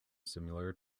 similar